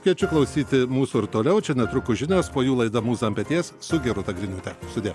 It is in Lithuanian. kviečiu klausyti mūsų ir toliau čia netrukus žinos po jų laida mūza ant peties su gerūta griniūte sudie